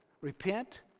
repent